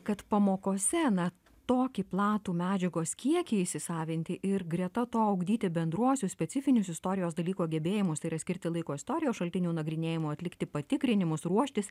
kad pamokose na tokį platų medžiagos kiekį įsisavinti ir greta to ugdyti bendruosius specifinius istorijos dalyko gebėjimus tai yra skirti laiko istorijos šaltinių nagrinėjimui atlikti patikrinimus ruoštis